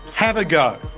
have a go.